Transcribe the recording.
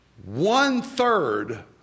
One-third